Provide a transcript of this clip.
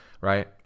right